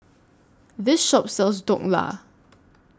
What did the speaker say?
This Shop sells Dhokla